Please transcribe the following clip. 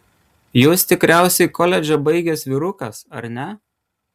jūs tikriausiai koledžą baigęs vyrukas ar ne